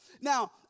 Now